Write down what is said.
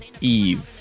Eve